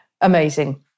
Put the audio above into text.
amazing